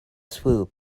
swoop